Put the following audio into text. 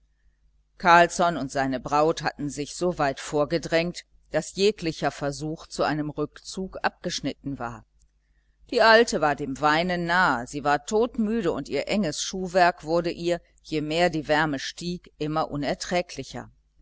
carlsson und seine braut hatten sich so weit vorgedrängt daß jeglicher versuch zu einem rückzug abgeschnitten war die alte war dem weinen nahe sie war todmüde und ihr enges schuhwerk wurde ihr je mehr die wärme stieg immer unerträglicher